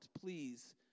Please